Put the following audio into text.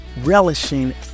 relishing